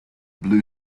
blue